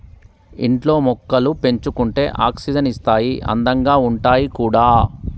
ఇంట్లో మొక్కలు పెంచుకుంటే ఆక్సిజన్ ఇస్తాయి అందంగా ఉంటాయి కూడా